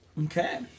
Okay